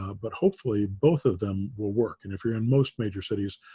ah but hopefully both of them will work. and if you're in most major cities,